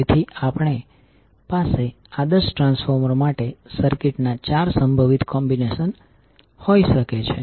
તેથી આપણી પાસે આદર્શ ટ્રાન્સફોર્મર માટે સર્કિટ ના ચાર સંભવિત કોમ્બિનેશન હોઈ શકે છે